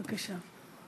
בבקשה.